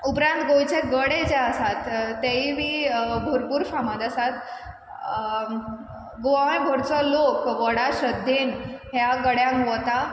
उपरांत गोंयचे गडे जे आसात तेयी बी भोरपूर फामाद आसात गोंयभरचो लोक व्हडा श्रद्धेन ह्या गड्यांक वता